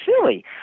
silly